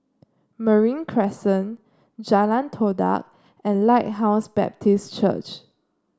Marine Crescent Jalan Todak and Lighthouse Baptist Church